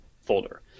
folder